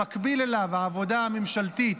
במקביל אליו העבודה הממשלתית